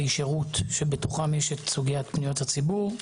שירות שבתוכם יש את סוגיית פניות הציבור.